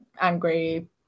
angry